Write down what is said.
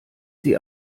sie